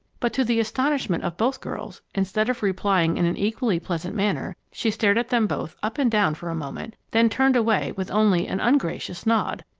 but, to the astonishment of both girls, instead of replying in an equally pleasant manner, she stared at them both up and down for a moment, then turned away with only an ungracious nod.